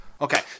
Okay